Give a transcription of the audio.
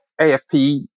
AFP